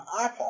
iPod